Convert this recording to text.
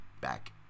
back